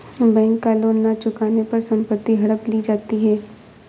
bank का loan न चुकाने पर संपत्ति हड़प ली जाती है